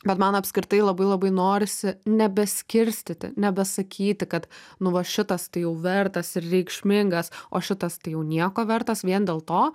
bet man apskritai labai labai norisi nebeskirstyti nebesakyti kad nu va šitas tai jau vertas ir reikšmingas o šitas tai jau nieko vertas vien dėl to